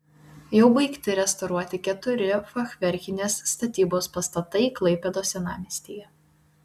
jau baigti restauruoti keturi fachverkinės statybos pastatai klaipėdos senamiestyje